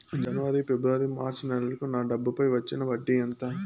జనవరి, ఫిబ్రవరి, మార్చ్ నెలలకు నా డబ్బుపై వచ్చిన వడ్డీ ఎంత